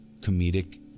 comedic